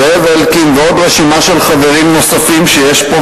זאב אלקין ועוד רשימה של חברים נוספים שיש פה,